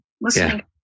listening